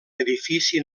edifici